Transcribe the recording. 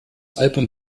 album